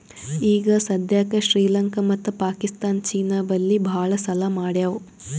ಈಗ ಸದ್ಯಾಕ್ ಶ್ರೀಲಂಕಾ ಮತ್ತ ಪಾಕಿಸ್ತಾನ್ ಚೀನಾ ಬಲ್ಲಿ ಭಾಳ್ ಸಾಲಾ ಮಾಡ್ಯಾವ್